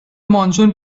monsoon